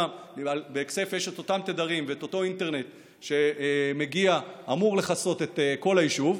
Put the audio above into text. ויש את אותם תדרים ואת אותו אינטרנט שמגיע ואמור לכסות את כל היישוב,